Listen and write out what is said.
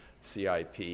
CIP